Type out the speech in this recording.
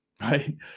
right